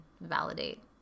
validate